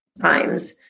times